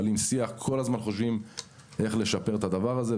אני ואבי מנהלים שיח כל הזמן איך לשפר את הדבר הזה.